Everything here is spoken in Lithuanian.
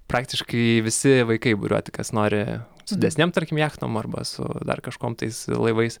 praktiškai visi vaikai buriuoti kas nori su didesnėm tarkim jachtom arba su dar kažkuom tais laivais